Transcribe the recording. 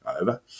over